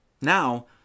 Now